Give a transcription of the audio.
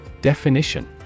Definition